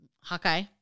hawkeye